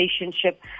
relationship